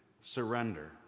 surrender